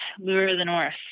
lurethenorth